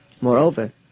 Moreover